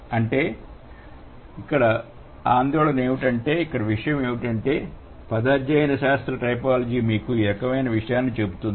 అంటే ఇక్కడ ఆందోళన ఏమిటంటే పద అధ్యయన శాస్త్ర టైపాలజీ మీకు ఈ రకమైన విషయాన్ని చెబుతుంది